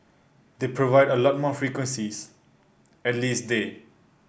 they provide a lot more frequencies at least day